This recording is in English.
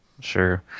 Sure